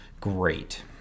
Great